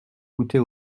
goûter